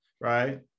right